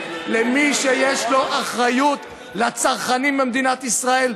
למי שיש לו אחריות לצרכנים במדינת ישראל,